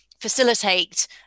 facilitate